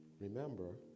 remember